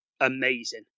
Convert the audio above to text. amazing